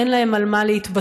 אין להם על מה להתבסס.